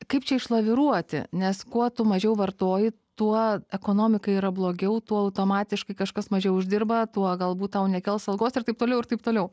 kaip čia išlaviruoti nes kuo tu mažiau vartoji tuo ekonomikai yra blogiau tuo automatiškai kažkas mažiau uždirba tuo galbūt tau nekels algos ir taip toliau ir taip toliau